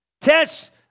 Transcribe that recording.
Test